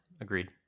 Agreed